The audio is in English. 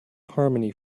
harmony